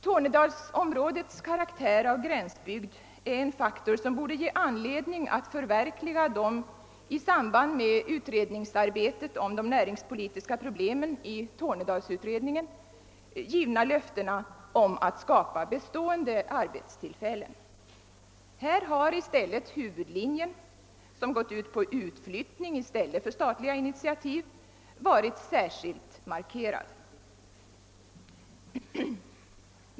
Tornedalsområdets karaktär av gränsbygd är en faktor som borde ge anledning till förverkligande av de i samband med utredningsarbetet om de näringspolitiska problemen i Tornedalsutredningen givna löftena om att skapa bestående arbetstillfällen. Här har i stället huvudlinjen i regeringens politik, som gått ut på utflyttning i stället för statliga initiativ, varit särskilt markerad.